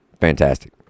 fantastic